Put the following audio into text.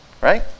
Right